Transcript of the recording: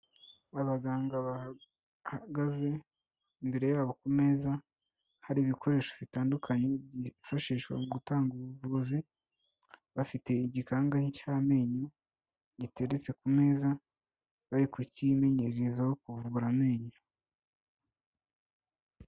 Abaganga bahagaze imbere yabo ku meza hari ibikoresho bitandukanye byifashishwa mu gutanga ubuvuzi, bafite igikangahe cy'amenyo, giteretse ku meza bari kukimenyererezaho kuvura amenyo.